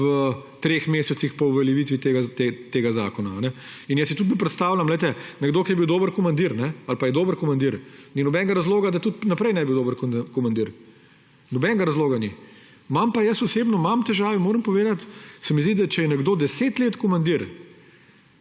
v treh mesecih po uveljavitvi tega zakona. Jaz si tudi ne predstavljam, glejte, nekdo ki je bil dober komandir ali pa je dober komandir, ni nobenega razloga, da tudi naprej ne bi bil dober komandir. Nobenega razloga ni. Imam pa jaz osebno težave, moram povedati, se mi zdi, da če je nekdo 10 let komandir